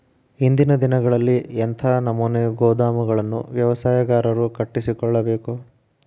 ಇಂದಿನ ದಿನಗಳಲ್ಲಿ ಎಂಥ ನಮೂನೆ ಗೋದಾಮುಗಳನ್ನು ವ್ಯವಸಾಯಗಾರರು ಕಟ್ಟಿಸಿಕೊಳ್ಳಬೇಕು?